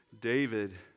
David